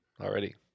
already